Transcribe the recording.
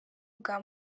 bwa